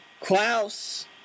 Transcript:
Klaus